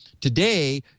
today